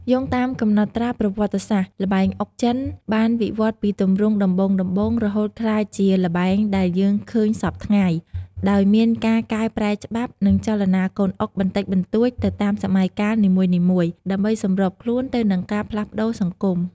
យោងតាមកំណត់ត្រាប្រវត្តិសាស្ត្រ ល្បែងអុកចិនបានវិវឌ្ឍន៍ពីទម្រង់ដំបូងៗរហូតក្លាយជាល្បែងដែលយើងឃើញសព្វថ្ងៃ ដោយមានការកែប្រែច្បាប់ និងចលនាកូនអុកបន្តិចបន្តួចទៅតាមសម័យកាលនីមួយៗ ដើម្បីសម្របខ្លួនទៅនឹងការផ្លាស់ប្តូរសង្គម។